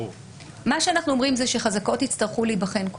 אנחנו אומרים שחזקות יצטרכו להיבחן,